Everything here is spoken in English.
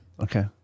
Okay